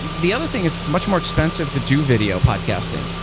the other thing is it's much more expensive to do video podcasting.